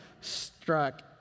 struck